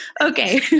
okay